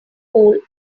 pool